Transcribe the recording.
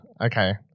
Okay